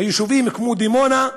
ביישובים כמו דימונה,